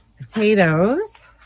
Potatoes